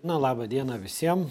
na laba diena visiem